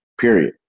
period